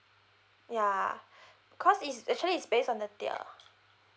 ya cause it's actually is based on the tier